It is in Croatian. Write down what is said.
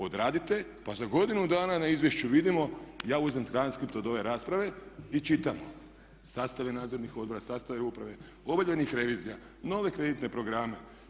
Odradite pa za godinu dana na izvješću vidimo, ja uzmem transkript od ove rasprave i čitamo, sastave nadzornih odbora, sastave uprave, obavljenih revizija, nove kreditne programe.